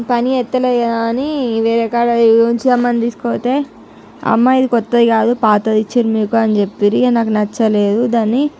పనిచేస్తలేదు కదా అని వేరే కాడ చూపింస్తాం అని తీసుకపోతే అమ్మా ఇది కొత్తది కాదు పాతది ఇచ్చిన్రు మీకు అని చెప్పిర్రు ఇక నాకు నచ్చలేదు దాన్ని